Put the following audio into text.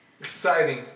Exciting